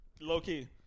Low-key